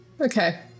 Okay